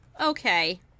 okay